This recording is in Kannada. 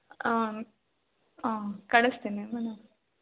ಹಾಂ ಹಾಂ ಕಳಿಸ್ತೀನಿ